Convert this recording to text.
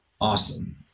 Awesome